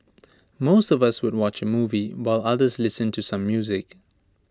most of us would watch A movie while others listen to some music